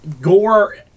Gore